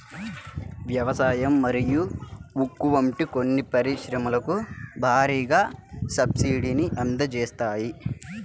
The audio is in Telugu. వ్యవసాయం మరియు ఉక్కు వంటి కొన్ని పరిశ్రమలకు భారీగా సబ్సిడీని అందజేస్తాయి